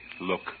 look